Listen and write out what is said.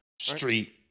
street